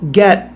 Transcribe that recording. get